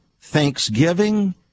thanksgiving